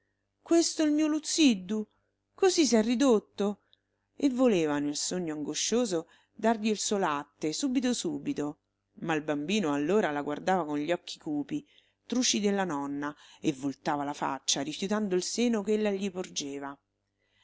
allibita questo il mio luzziddu così s'è ridotto e voleva nel sogno angoscioso dargli il suo latte subito subito ma il bambino allora la guardava con gli occhi cupi truci della nonna e voltava la faccia rifiutando il seno ch'ella gli porgeva